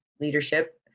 leadership